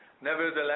nevertheless